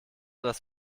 das